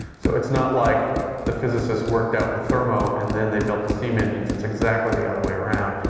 so it's not like the physicists worked out the thermo and then they built the steam engines. it's exactly the other way around.